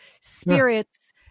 spirits